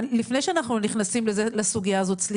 לפני שאנחנו נכנסים לסוגיה הזאת ירון,